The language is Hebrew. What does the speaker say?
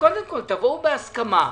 שקודם כל תבואו בהסכמה,